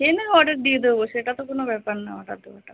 সে নয় অর্ডার দিয়ে দেবো সেটা তো কোনো ব্যাপার না অর্ডার দেওয়াটা